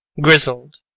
grizzled